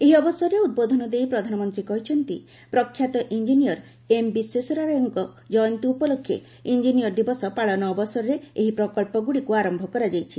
ଏହି ଅବସରରେ ଉଦ୍ବୋଧନ ଦେଇ ପ୍ରଧାନମନ୍ତ୍ରୀ କହିଛନ୍ତି ପ୍ରଖ୍ୟାତ ଇଞ୍ଜିନିୟର ଏମ୍ ବିଶ୍ୱେସ୍ୱରେିୟାଙ୍କ ଜୟନ୍ତୀ ଉପଲକ୍ଷେ ଇଞ୍ଜିନିୟର ଦିବସ ପାଳନ ଅବସରରେ ଏହି ପ୍ରକଳ୍ପଗୁଡ଼ିକୁ ଆରମ୍ଭ କରାଯାଇଛି